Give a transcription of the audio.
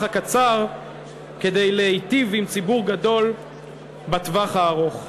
הקצר כדי להיטיב עם ציבור גדול בטווח הארוך.